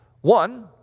One